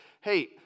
hey